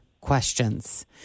questions